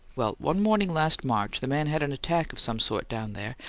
well, one morning last march the man had an attack of some sort down there,